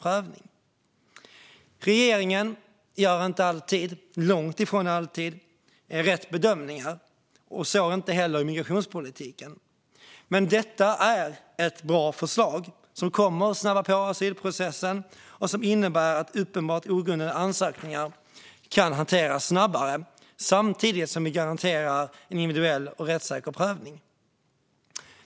Regeringen gör inte alltid, långt ifrån alltid, rätt bedömningar, inte heller i migrationspolitiken. Men detta är ett bra förslag som kommer att snabba på asylprocessen och som innebär att uppenbart ogrundade ansökningar kan hanteras snabbare samtidigt som vi garanterar en individuell och rättssäker prövning.